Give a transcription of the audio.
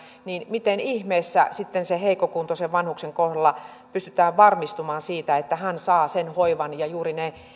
miten ihmeessä sitten sen heikkokuntoisen vanhuksen kohdalla pystytään varmistumaan siitä että hän saa sen hoivan ja juuri ne